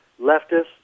leftists